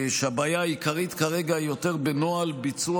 נדמה שהבעיה העיקרית כרגע היא יותר בנוהל הביצוע